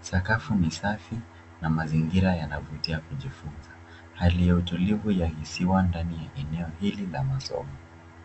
Sakafu ni safi na mazingira yanavutia ya kujifunza. Hali ya utulivu yainisiwa ndani ya eneo hili ya masomo.